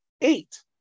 eight